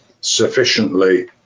sufficiently